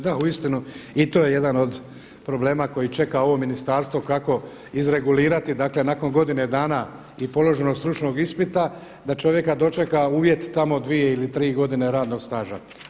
Da, uistinu i to je jedan od problema koje čeka ovo ministarstvo kako izregulirati nakon godine dana i položenog stručnog ispita da čovjeka dočeka uvjet tamo dvije ili tri godine radnog staža.